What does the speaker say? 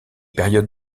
périodes